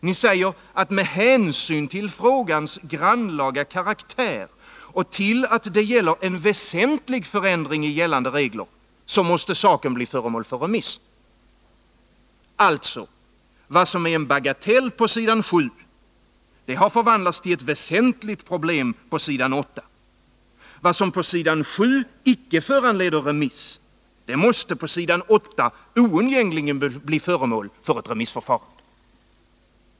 Ni säger att med hänsyn till frågans grannlaga karaktär och till att det gäller en väsentlig förändring i gällande regler, så måste saken bli föremål för remiss. Alltså: vad som är en bagatell på s. 7 har förvandlats till ett väsentligt problem på s. 8. Vad som på s. 7 icke föranleder remiss måste på s. 8 oundgängligen bli föremål för remissförfarande.